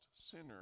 sinner